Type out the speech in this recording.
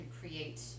create